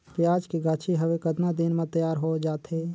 पियाज के गाछी हवे कतना दिन म तैयार हों जा थे?